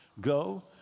Go